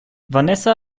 vanessa